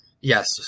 Yes